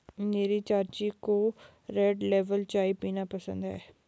मेरी चाची को रेड लेबल चाय पीना पसंद है